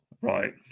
Right